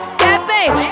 cafe